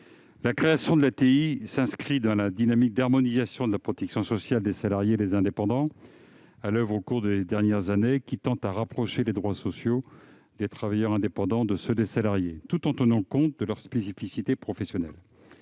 La création de l'ATI s'inscrit dans la dynamique d'harmonisation de la protection sociale des salariés et des indépendants mise en oeuvre au cours des dernières années, qui tend à rapprocher les droits sociaux des travailleurs indépendants de ceux des salariés tout en tenant compte de leurs spécificités professionnelles.